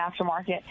aftermarket